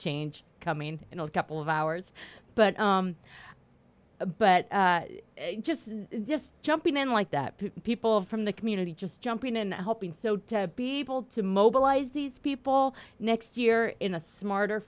change coming in a couple of hours but but just just jumping in like that people from the community just jumping in and helping so to be able to mobilize these people next year in a smarter